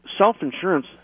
self-insurance